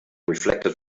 reflected